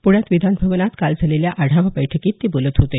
पृण्यात विधानभवनात काल झालेल्या आढावा बैठकीत ते बोलत होते